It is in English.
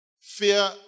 Fear